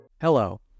Hello